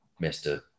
Mr